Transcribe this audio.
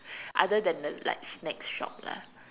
other then the like snacks shop lah